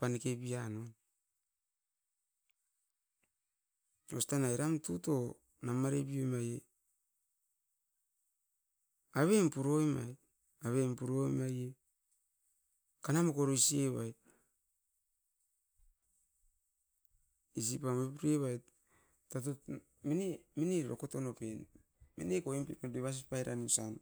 mani pan, mava eram tuto puroim mait eran deuman tarasi tarasi pura punomait. Ma ne oit tovoi mait, mine kana moko oro isian na mine, mava kana moko isi evait isi pam oit pure vait, totut mine dokotop pian, ma ne kana mokot moiran mairan isi evait.